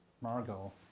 Margot